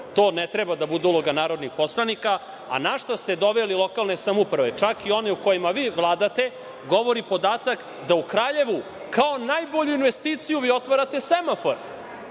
To ne treba da bude uloga narodnih poslanika. Na šta ste doveli lokalne samouprave, čak i one u kojima vi vladate, govori podatak da u Kraljevu kao najbolju investiciju vi otvarate semafor,